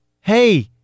Hey